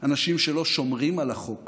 אנשים שלא שומרים על החוק